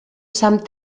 sant